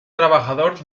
trabajador